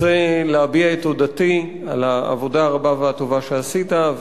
אני רוצה להביע את תודתי על העבודה הרבה והטובה שעשית,